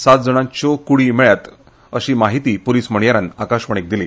सातूय जाणांच्यो कुडी मेळळयात अशी माहिती पुलीस म्हणया यान आकाशवाणीक दिली